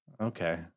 Okay